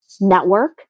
network